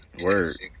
Word